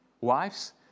Wives